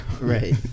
Right